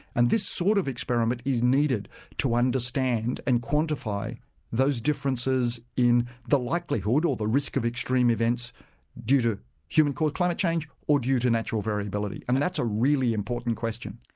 and this sort of experiment is needed to understand and quantify those differences in the likelihood or the risk of extreme events due to human-caused climate changed, or due to natural variability. and that's a really important question.